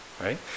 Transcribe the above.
right